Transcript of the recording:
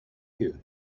you